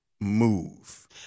move